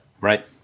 Right